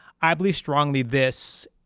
i believe strongly this,